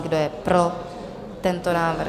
Kdo je pro tento návrh?